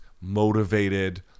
motivated